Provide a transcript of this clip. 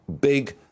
big